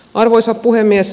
arvoisa puhemies